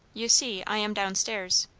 you see, i am down-stairs.